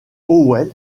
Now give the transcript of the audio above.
howell